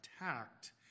attacked